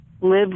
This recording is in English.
live